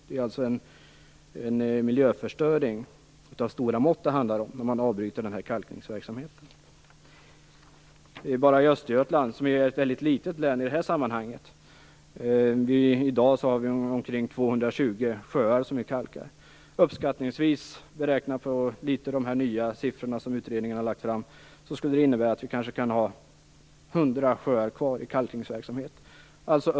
Det är en miljöförstöring av stora mått det handlar om, om man avbryter denna kalkningsverksamhet. Bara i Östergötland, som är ett väldigt litet län i det här sammanhanget, har vi i dag omkring 220 sjöar som vi kalkar. Uppskattningsvis, beräknat på nya siffror som utredningen har lagt fram, skulle förslaget innebära att vi kanske kan ha 100 sjöar kvar i kalkningsverksamheten.